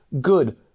good